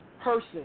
person